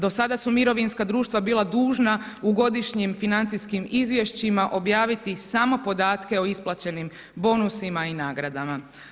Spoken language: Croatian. Do sada su mirovinska društva bila dužna u godišnjim financijskim izvješćima objaviti samo podatke o isplaćenim bonusima i nagrada.